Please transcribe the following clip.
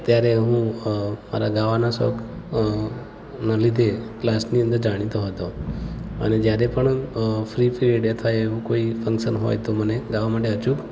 ત્યારે હું મારા ગાવાના શોખના લીધે કલાસની અંદર જાણીતો હતો અને જયારે પણ ફ્રી પીરિયડ અથવા એવું કોઈ ફંક્શન હોય તો મને ગાવા માટે અચૂક